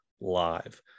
live